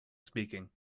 speaking